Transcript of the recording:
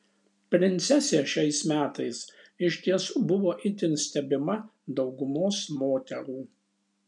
princesė šiais metais iš tiesų buvo itin stebima daugumos moterų